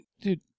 dude